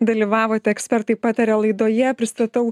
dalyvavot ekspertai pataria laidoje pristatau